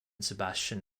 sebastian